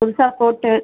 புதுசாக ஃபோட்டு